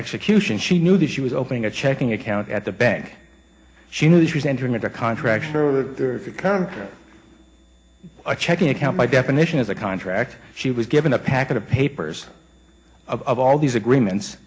execution she knew that she was opening a checking account at the bank she knew she was entering into a contract become a checking account by definition is a contract she was given a packet of papers of all these agreements